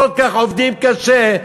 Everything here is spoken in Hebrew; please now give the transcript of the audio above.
שכל כך עובדים קשה,